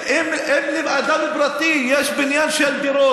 אם לאדם פרטי יש בניין של דירות,